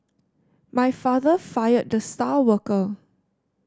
my father fired the star worker